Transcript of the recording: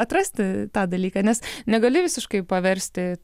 atrasti tą dalyką nes negali visiškai paversti